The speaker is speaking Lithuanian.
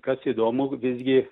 kas įdomu visgi